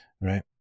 Right